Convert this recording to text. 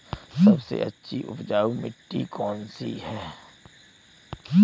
सबसे अच्छी उपजाऊ मिट्टी कौन सी है?